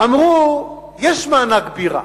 אמרו: יש מענק בירה,